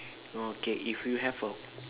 oh okay if you have a